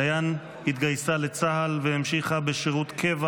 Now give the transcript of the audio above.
דיין התגייסה לצה"ל והמשיכה בשירות קבע